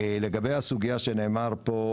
לגבי הסוגייה שנאמרה פה,